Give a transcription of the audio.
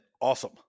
awesome